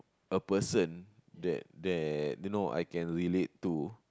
a person that that you know I can relate to